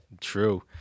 true